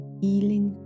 healing